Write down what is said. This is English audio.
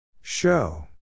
Show